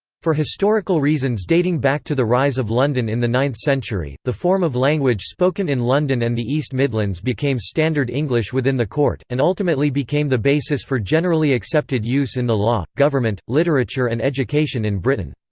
for historical reasons dating back to the rise of london in the ninth century, the form of language spoken in london and the east midlands became standard english within the court, and ultimately became the basis for generally accepted use in the law, government, literature and education in britain.